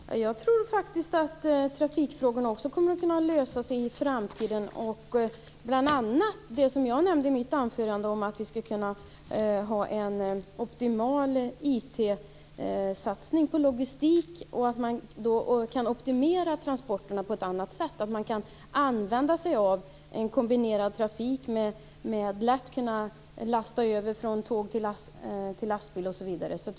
Fru talman! Jag tror faktiskt att trafikfrågorna också kommer att kunna lösas i framtiden, bl.a. genom det som jag nämnde i mitt anförande, nämligen att man skall ha en optimal IT-satsning på logistik och att man då kan optimera transporterna på ett annat sätt. Man kan då använda sig av en kombinerad trafik genom att lätt kunna lasta över från tåg till lastbil osv.